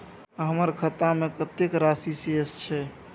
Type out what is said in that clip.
हमर खाता में कतेक राशि शेस छै?